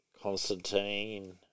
Constantine